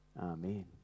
Amen